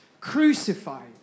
crucified